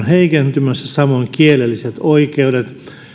heikentymässä samoin kielelliset oikeudet